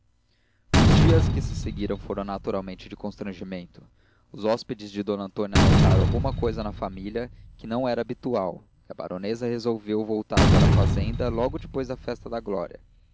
os dias que se seguiram foram naturalmente de constrangimento os hóspedes de d antônia notaram alguma cousa na família que não era habitual e a baronesa resolveu voltar para a fazenda logo depois da festa da glória